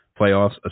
playoffs